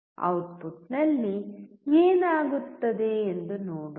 ಔಟ್ಪುಟ್ನಲ್ಲಿ ಏನಾಗುತ್ತದೆ ಎಂದು ನೋಡೋಣ